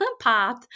path